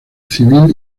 civil